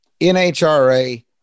NHRA